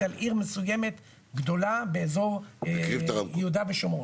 על עיר מסוימת גדולה באזור יהודה ושומרון.